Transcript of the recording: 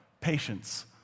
patience